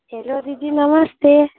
hello दिदी नमस्ते